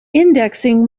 indexing